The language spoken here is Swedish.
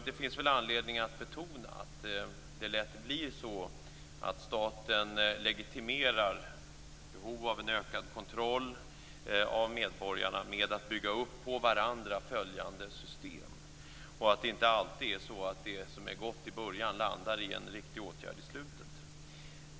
Det finns anledning att betona att det lätt blir så att staten legitimerar behov av en ökad kontroll av medborgarna med att bygga på varandra följande system och att det inte alltid är så att det som är gott i början leder till en riktig åtgärd i slutet.